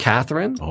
Catherine